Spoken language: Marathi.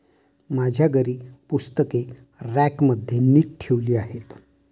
माझ्या घरी पुस्तके रॅकमध्ये नीट ठेवली आहेत